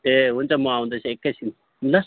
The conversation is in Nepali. ए हुन्छ म आउँदैछु एकैछिन ल